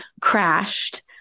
crashed